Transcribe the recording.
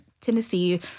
Tennessee